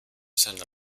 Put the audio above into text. seiner